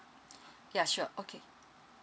ya sure okay